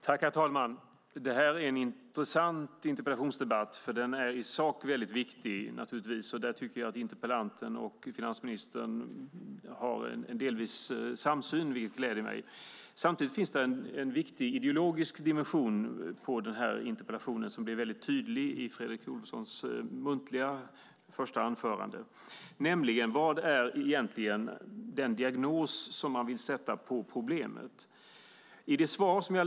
Herr talman! Det här är en intressant interpellationsdebatt, för den är i sak mycket viktig. Interpellanten och finansministern har delvis en samsyn, vilket gläder mig. Samtidigt finns det en viktig ideologisk dimension på denna interpellation som blir tydlig i Fredrik Olovssons muntliga anförande. Det handlar om vilken diagnos man vill sätta på problemet.